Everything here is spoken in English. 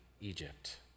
Egypt